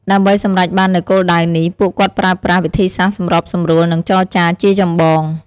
ដើម្បីសម្រេចបាននូវគោលដៅនេះ ពួកគាត់ប្រើប្រាស់ វិធីសាស្ត្រសម្របសម្រួល និងចរចា ជាចម្បង។